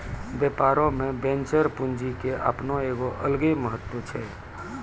व्यापारो मे वेंचर पूंजी के अपनो एगो अलगे महत्त्व छै